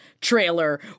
trailer